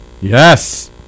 yes